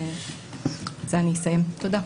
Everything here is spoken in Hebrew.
תודה.